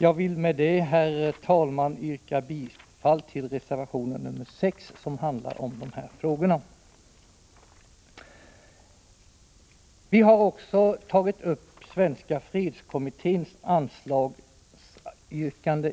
Jag vill med detta, herr talman, yrka bifall till reservation nr 6. Vi har i vår motion också tagit upp Svenska fredskommitténs anslagsyrkande.